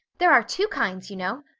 there are two kinds, you know.